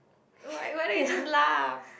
why why don't you just laugh